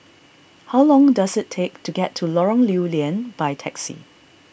how long does it take to get to Lorong Lew Lian by taxi